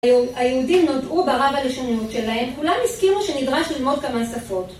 היהודים נודעו ברב הלשוניות שלהם, כולם הסכימו שנדרש ללמוד כמה שפות.